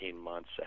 months